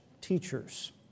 teachers